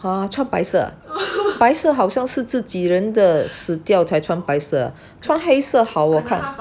oh 穿白色白色好像是自己人的死掉才穿白色穿黑色好我看